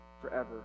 forever